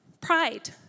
pride